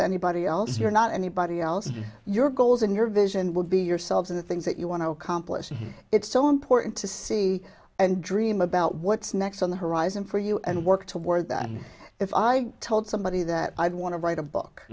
to anybody else you're not anybody else your goals in your vision will be yourselves in the things that you want to accomplish and it's so important to see and dream about what's next on the horizon for you and work toward that if i told somebody that i want to write a book